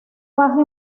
baja